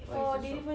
what is two stroke